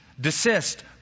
desist